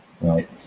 Right